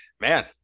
man